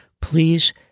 Please